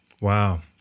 Wow